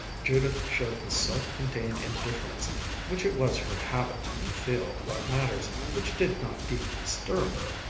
judith showed the self-contained indifference which it was her habit to feel about matters which did not deeply stir her,